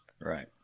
Right